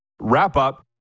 wrap-up